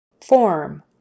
Form